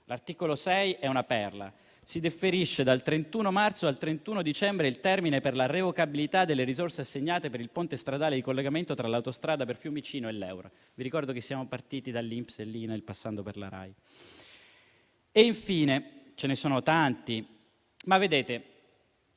L'articolo 6 è una perla: si differisce dal 31 marzo al 31 dicembre il termine per la revocabilità delle risorse assegnate per il ponte stradale di collegamento tra l'autostrada per Fiumicino e l'EUR. Vi ricordo che siamo partiti da INPS e INAIL, passando per la RAI. Infine, ce ne sono tanti, ma ne